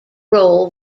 role